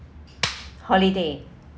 holiday